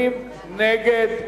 אם כן, 20 נגד,